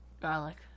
Garlic